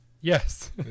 Yes